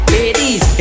Ladies